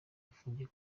afungiye